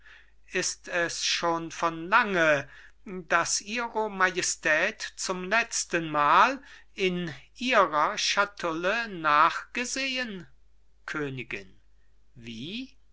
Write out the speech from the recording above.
ist es schon von lange daß ihre majestät zum letztenmal in ihrer schatulle nachgesehen königin wie